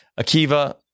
Akiva